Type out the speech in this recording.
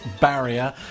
barrier